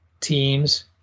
teams